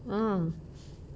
ah